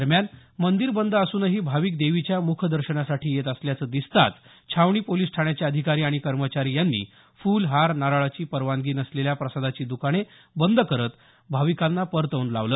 दरम्यान मंदीर बंद असूनही भाविक देवीच्या मुख दर्शनासाठी येत असल्याचं दिसताच छावणी पोलीस ठाण्याचे अधिकारी आणि कर्मचारी यांनी फुल हार नारळाची परवानगी नसलेल्या प्रसादाची द्काने बंद करत भाविकांना परतवून लावलं